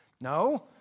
No